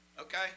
Okay